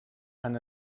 han